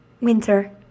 Winter